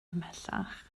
ymhellach